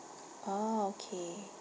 orh okay